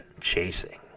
chasing